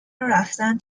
ورفتن